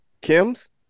Kim's